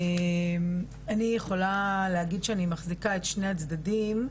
אני יכולה להגיד שאני מחזיקה את שני הצדדים,